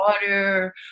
water